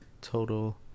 total